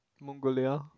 Mongolia